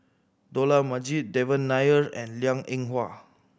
Dollah Majid Devan Nair and Liang Eng Hwa